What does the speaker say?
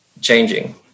changing